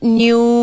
new